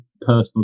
personal